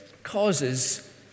Causes